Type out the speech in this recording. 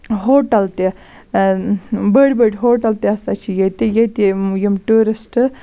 hotel تہِ بٔڑۍ بٔڑۍ ہوٹَل تہِ ہَسا چھِ ییٚتہِ ییٚتہِ یِم ٹیورِسٹ